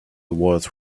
was